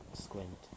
squint